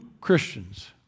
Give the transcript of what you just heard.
Christians